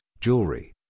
jewelry